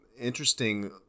interesting